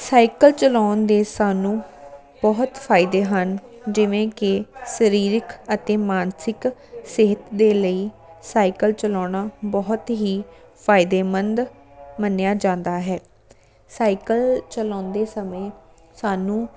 cycle ਚਲਾਉਣ ਦੇ ਸਾਨੂੰ ਬਹੁਤ ਫਾਇਦੇ ਹਨ ਜਿਵੇਂ ਕਿ ਸਰੀਰਕ ਅਤੇ ਮਾਨਸਿਕ ਸਿਹਤ ਦੇ ਲਈ ਸਾਈਕਲ ਚਲਾਉਣਾ ਬਹੁਤ ਹੀ ਫਾਇਦੇਮੰਦ ਮੰਨਿਆ ਜਾਂਦਾ ਹੈ ਸਾਈਕਲ ਚਲਾਉਂਦੇ ਸਮੇਂ ਸਾਨੂੰ